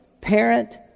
parent